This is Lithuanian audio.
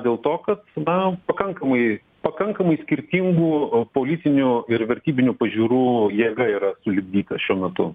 dėl to kad na pakankamai pakankamai skirtingų politinių ir vertybinių pažiūrų jėga yra sulipdyta šiuo metu